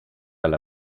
alla